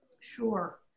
Sure